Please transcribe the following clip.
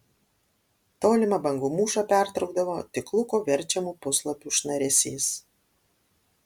tolimą bangų mūšą pertraukdavo tik luko verčiamų puslapių šnaresys